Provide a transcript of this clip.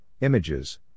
images